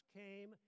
came